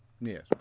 Yes